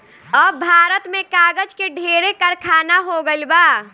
अब भारत में कागज के ढेरे कारखाना हो गइल बा